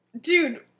dude